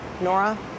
Nora